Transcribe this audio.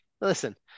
listen